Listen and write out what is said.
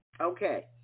Okay